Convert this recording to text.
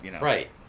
Right